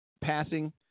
passing